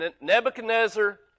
Nebuchadnezzar